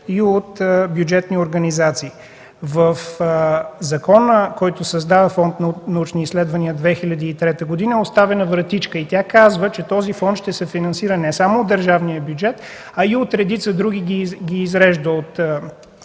и от бюджетни организации. В закона, който създава Фонд „Научни изследвания” през 2003 г., е оставена вратичка и тя казва, че този фонд ще се финансира не само от държавния бюджет, а и от редица други – от търговски